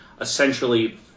essentially